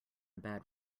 bad